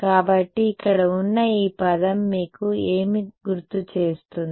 కాబట్టి ఇక్కడ ఉన్న ఈ పదం మీకు ఏమి గుర్తు చేస్తుంది